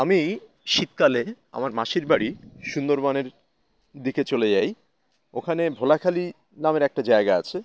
আমি শীতকালে আমার মাসির বাড়ি সুন্দরবনের দিকে চলে যাই ওখানে ভোলাখালি নামের একটা জায়গা আছে